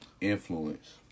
influence